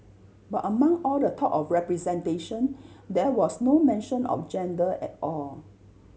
but among all the talk of representation there was no mention of gender at all